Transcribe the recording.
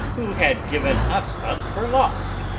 who had given us up for lost,